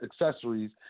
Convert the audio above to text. accessories